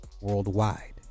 worldwide